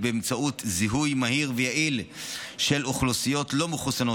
באמצעות זיהוי מהיר ויעיל של אוכלוסיות לא מחוסנות,